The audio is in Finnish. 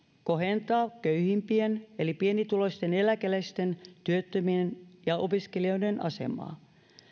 kohentaa köyhimpien eli pienituloisten eläkeläisten työttömien ja opiskelijoiden asemaa